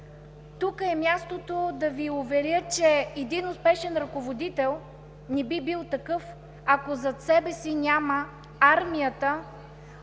Тук е мястото да Ви уверя, че един успешен ръководител не би бил такъв, ако зад себе си няма армията